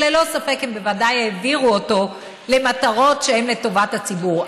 ללא ספק הן בוודאי העבירו אותו למטרות שהן לטובת הציבור.